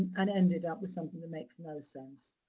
and ended up with something that makes no sense.